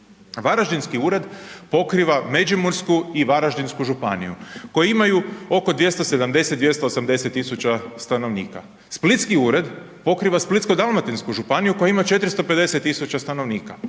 Varaždinski ured pokriva Međimursku i Varaždinsku županiju koje imaju oko 270, 280 000 stanovnika. Splitski ured pokriva Splitsko-dalmatinsku županiju koja ima 450 000 stanovnika.